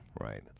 right